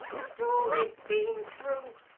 after all they've been through.